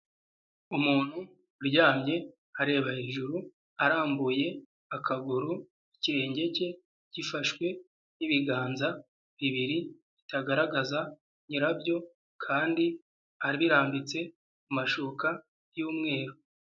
Umuntu uryamye areba hejuru arambuye akaguru ikirenge ke gifashwe n'ibiganza bibiri bitagaragaza nyirabyo kandi abirambitse ku mashuka y'umweru.